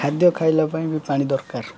ଖାଦ୍ୟ ଖାଇବା ପାଇଁ ବି ପାଣି ଦରକାର